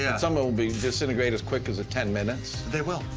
and some ah will be disintegrated as quick as ten minutes. they will.